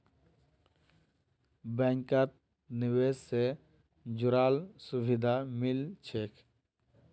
बैंकत निवेश से जुराल सुभिधा मिल छेक